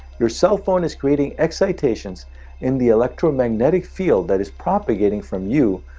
your cell phone is creating excitations in the electromagnetic field, that is propagating from you,